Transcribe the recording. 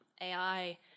AI